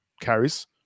carries